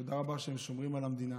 תודה רבה שהם שומרים על המדינה,